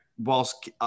whilst